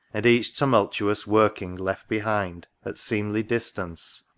and each tumultuous working left behind at seemly distance,